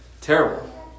terrible